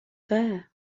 there